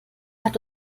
hat